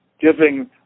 giving